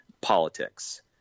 politics